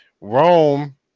Rome